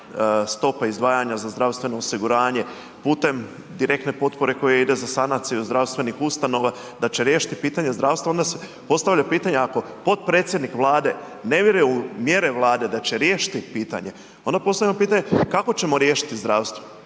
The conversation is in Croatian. stope izdvajanja za zdravstveno osiguranje, putem direktne potpore koja ide za sanaciju zdravstvenih ustanova, da će riješiti pitanje zdravstva onda se postavlja pitanje ako potpredsjednik Vlade ne vjerujem u mjere Vlade da će riješiti pitanje onda postavljamo pitanje kako ćemo riješiti zdravstvo